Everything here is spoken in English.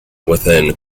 within